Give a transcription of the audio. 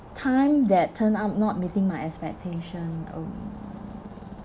time that turned out not meeting my expectation um